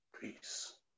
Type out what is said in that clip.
Peace